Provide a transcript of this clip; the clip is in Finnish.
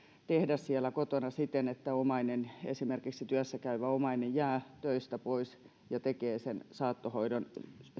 tehdä kotona siten että omainen esimerkiksi työssä käyvä omainen jää töistä pois ja tekee sen saattohoidon